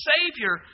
Savior